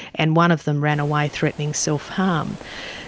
and one of them ran away threatening self-harm.